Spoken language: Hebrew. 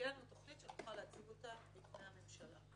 תהיה לנו תוכנית שנוכל להציג אותה בפני הממשלה.